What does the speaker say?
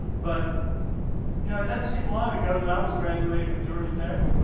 but you know it doesn't seem long ago that i was graduating from georgia tech.